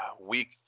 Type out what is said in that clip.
Week